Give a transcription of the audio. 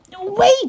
Wait